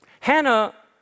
Hannah